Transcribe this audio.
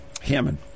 Hammond